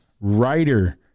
writer